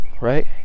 right